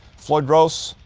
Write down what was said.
floyd rose.